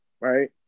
right